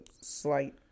slight